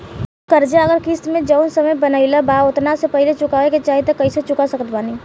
कर्जा अगर किश्त मे जऊन समय बनहाएल बा ओतना से पहिले चुकावे के चाहीं त कइसे चुका सकत बानी?